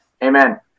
Amen